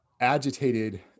agitated